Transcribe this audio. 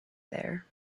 there